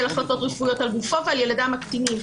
החלטות רפואיות על גופו ועל ילדיו הקטינים.